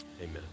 Amen